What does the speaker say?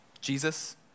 Jesus